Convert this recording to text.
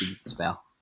spell